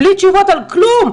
בלי תשובות על כלום,